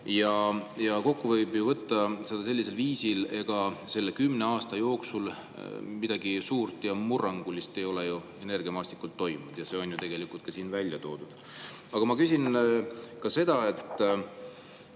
Kokku võib võtta seda sellisel viisil, et ega kümne aasta jooksul midagi suurt ja murrangulist ei ole energiamaastikul toimunud. See on ju tegelikult ka siin välja toodud. Aga ma küsin seda.